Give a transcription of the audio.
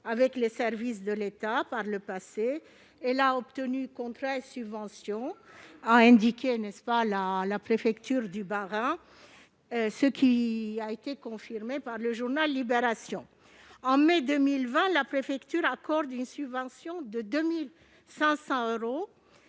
avec les services de l'État par le passé. Elle a obtenu des contrats et des subventions, comme l'a indiqué la préfecture du Bas-Rhin. Cela a été confirmé par le journal. En mai 2020, la préfecture lui a accordé une subvention de 2 500 euros